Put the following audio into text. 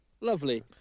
lovely